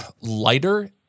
lighter